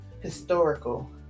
historical